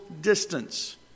distance